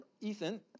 Ethan